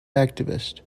activist